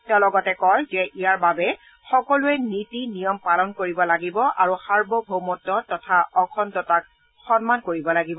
তেওঁ লগতে কয় যে ইয়াৰ বাবে সকলোৱে নীতি নিয়ম পালন কৰিব লাগিব আৰু সাৰ্বভৌমত্ব তথা অখণ্ডতাক সন্মান কৰিব লাগিব